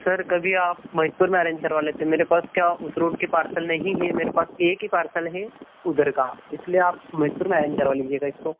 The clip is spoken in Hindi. सर कभी आप मनिकपुर में अरेंज करवा लेते मेरे पास क्या उस रोड के पार्सल नहीं है मेरे पास एक ही पार्सल है उधर का इसलिए आप मनिकपुर में अरेंज करवा लीजिएगा इसको